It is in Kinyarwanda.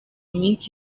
minsi